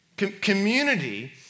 Community